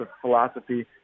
philosophy